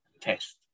test